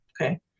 okay